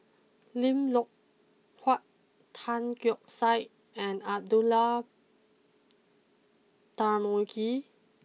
Lim Loh Huat Tan Keong Saik and Abdullah Tarmugi